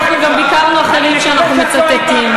אנחנו גם ביקרנו אחרים שאנחנו מצטטים.